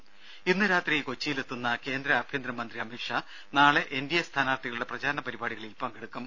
ത ഇന്ന് രാത്രി കൊച്ചിയിലെത്തുന്ന കേന്ദ്ര ആഭ്യന്തര മന്ത്രി അമിത്ഷാ നാളെ എൻഡിഎ സ്ഥാനാർത്ഥികളുടെ പ്രചാരണ പരിപാടികളിൽ പങ്കെടുക്കും